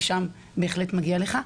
ושם בהחלט מגיע לך,